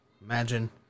imagine